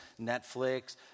Netflix